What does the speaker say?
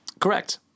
Correct